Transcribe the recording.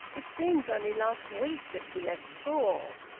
it seems only last week that she left school!